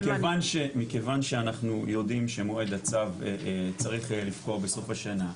מכיוון שאנחנו יודעים שמועד הצו צריך לפקוע בסוף השנה,